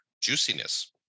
juiciness